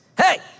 Hey